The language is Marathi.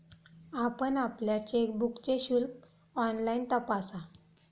आपण आपल्या चेकबुकचे शुल्क ऑनलाइन तपासा